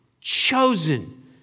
chosen